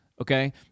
okay